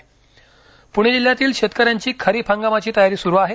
पूणे जिल्ह्यातील शेतकऱ्यांची खरीप हंगामाची तयारी सुरू आहे